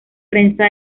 prensa